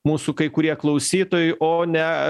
mūsų kai kurie klausytojai o ne